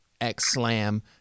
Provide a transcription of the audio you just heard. X-Slam